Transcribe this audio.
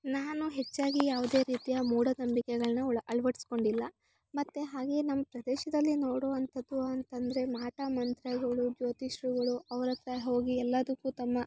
ನಾನು ಹೆಚ್ಚಾಗಿ ಯಾವುದೇ ರೀತಿಯ ಮೂಢನಂಬಿಕೆಗಳ್ನ ಒಳ ಅಳವಡಿಸ್ಕೊಂಡಿಲ್ಲ ಮತ್ತು ಹಾಗೆ ನಮ್ಮ ಪ್ರದೇಶದಲ್ಲಿ ನೋಡುವಂಥದ್ದು ಅಂತಂದರೆ ಮಾಟ ಮಂತ್ರಗಳು ಜ್ಯೋತಿಷ್ಯರುಗಳು ಅವ್ರ ಹತ್ತಿರ ಹೋಗಿ ಎಲ್ಲದಕ್ಕು ತಮ್ಮ